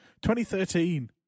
2013